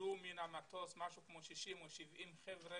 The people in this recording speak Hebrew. הורדו מן המטוס משהו כמו 60 או 70 חבר'ה,